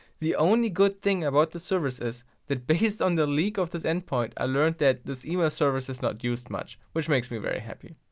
the only good thing about this service is, that based on the leak of this endpoint, i learned, that this email service is not used much. which makes me very happy.